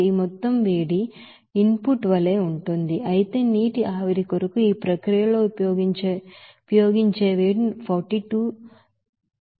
ఈ మొత్తం వేడి ఇన్ పుట్ వలే ఉంటుంది అయితే నీటి ఆవిరి కొరకు ఈ ప్రక్రియలో ఉపయోగించే వేడి42915